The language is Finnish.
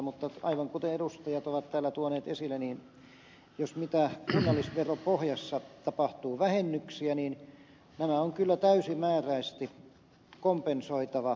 mutta aivan kuten edustajat ovat täällä tuoneet esille jos kunnallisveropohjassa tapahtuu vähennyksiä niin nämä on kyllä täysimääräisesti kompensoitava kunnille